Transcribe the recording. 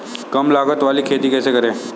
कम लागत वाली खेती कैसे करें?